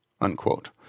unquote